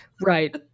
Right